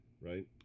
Right